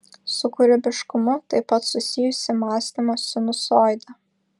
su kūrybiškumu taip pat susijusi mąstymo sinusoidė